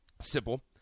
simple